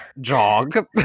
jog